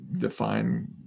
define